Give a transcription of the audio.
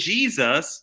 Jesus